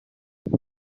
olgu